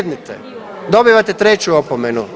Dobivate treću opomenu.